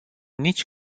nici